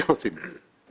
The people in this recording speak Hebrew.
איך עושים את זה?